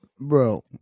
bro